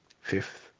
Fifth